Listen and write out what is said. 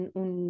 un